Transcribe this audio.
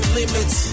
limits